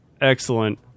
excellent